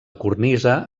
cornisa